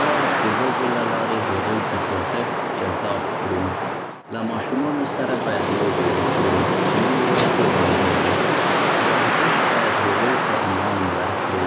باید د لوبو له لارې هغوی ته خوځښت جذاب کړو. له ماشومانو سره باید لوبې وکړو، نه یوازې امرونه. په ورزش باید هغوی ته انعام ورکړو،